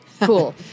cool